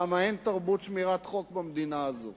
למה אין תרבות שמירת חוק במדינה הזאת.